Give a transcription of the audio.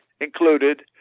included